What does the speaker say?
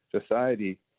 society